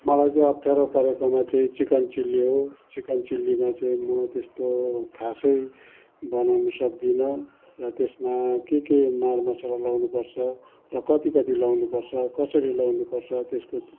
मलाई चाहिँ अप्ठ्यारो परेकोमा चाहिँ चिकन चिल्ली हो चिकन चिल्लीमा चाहिँ म त्यस्तो खासै बनाउन सक्दिनँ र त्यसमा के के मर मसाला लाउनुपर्छ र कति कति लाउनुपर्छ कसरी लाउनुपर्छ त्यसको